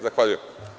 Zahvaljujem.